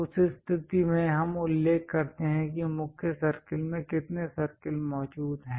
उस स्थिति में हम उल्लेख करते हैं कि मुख्य सर्कल में कितने सर्कल मौजूद हैं